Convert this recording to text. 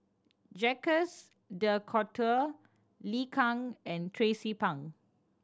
Jacques De Coutre Liu Kang and Tracie Pang